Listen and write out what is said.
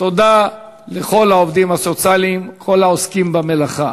תודה לכל העובדים הסוציאליים, כל העוסקים במלאכה.